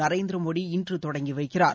நரேந்திர மோடி இன்று தொடங்கி வைக்கிறார்